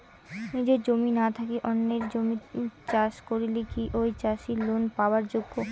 নিজের জমি না থাকি অন্যের জমিত চাষ করিলে কি ঐ চাষী লোন পাবার যোগ্য?